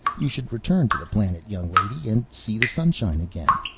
you should return to the planet, young lady, and see the sunshine again.